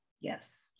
yes